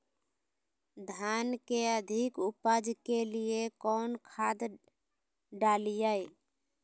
धान के अधिक उपज के लिए कौन खाद डालिय?